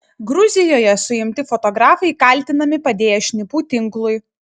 gruzijoje suimti fotografai kaltinami padėję šnipų tinklui